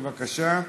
בבקשה.